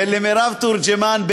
למירב תורג'מן.